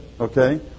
Okay